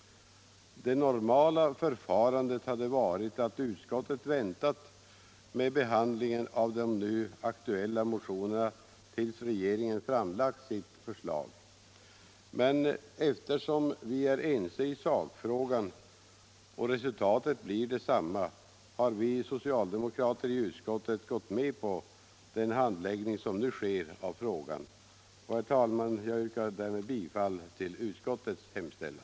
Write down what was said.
Det normala förfarandet hade varit att utskottet väntat med behandlingen av de nu aktuella motionerna tills regeringen framlagt sitt förslag. Men eftersom vi är ense i sakfrågan och resultatet blir detsamma, har vi socialdemokrater i utskottet gått med på den handläggning som nu sker av frågan. Herr talman! Jag yrkar därmed bifall till utskottets hemställan.